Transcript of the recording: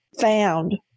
found